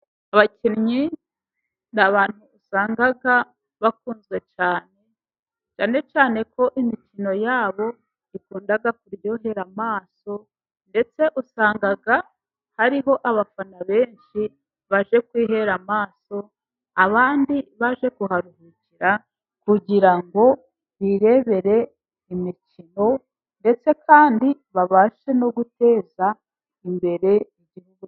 Abakinnyi ni abantu usanga bakunzwe cyane, cyane cyane ko imikino yabo ikunda kuryohera amaso ndetse usanga hariho abafana benshi baje kwihera amaso, abandi baje kuharuhukira kugira ngo birebere imikino ndetse kandi babashe no guteza imbere igihugu.